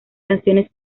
canciones